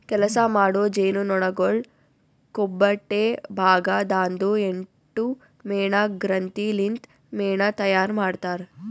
ಕೆಲಸ ಮಾಡೋ ಜೇನುನೊಣಗೊಳ್ ಕೊಬ್ಬೊಟ್ಟೆ ಭಾಗ ದಾಂದು ಎಂಟು ಮೇಣ ಗ್ರಂಥಿ ಲಿಂತ್ ಮೇಣ ತೈಯಾರ್ ಮಾಡ್ತಾರ್